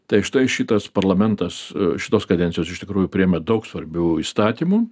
tai štai šitas parlamentas šitos kadencijos iš tikrųjų priėmė daug svarbių įstatymų